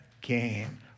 game